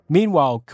Meanwhile